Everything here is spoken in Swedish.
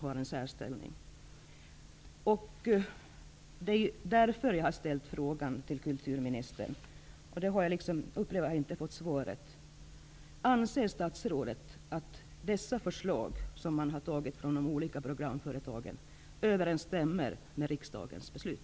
Det är mot denna bakgrund jag har ställt min fråga till kulturministern. Men jag upplever inte att jag har fått något svar. Anser alltså statsrådet att dessa förslag som antagits från de olika programföretagen överensstämmer med riksdagens beslut?